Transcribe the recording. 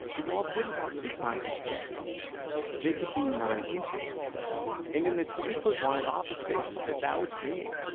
the walls wouldn't have to be five feet thick they could be nine inches. and in the twenty foot wide office spaces that, that would create,